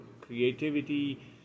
creativity